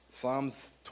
Psalms